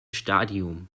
stadium